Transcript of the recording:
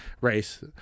race